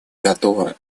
готово